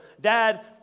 dad